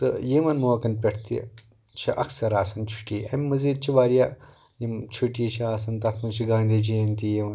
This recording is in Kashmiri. تہٕ یِمن موقعن پٮ۪ٹھ تہِ چھِ اکثر آسان چھُٹیہِ اَمِہ مٔزیٖد چھ واریاہ یِم چُھٹیہِ چھِ آسان تَتھ منٛز چھِ گاندھی جینتی یِوان